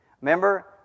Remember